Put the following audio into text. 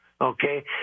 Okay